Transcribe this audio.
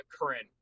current